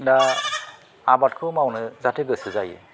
दा आबादखौ मावनो जाहाथे गोसो जायो